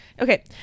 Okay